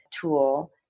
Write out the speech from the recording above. tool